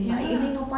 ya lah